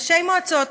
ראשי מועצות,